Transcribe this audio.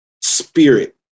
spirit